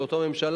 של אותה ממשלה,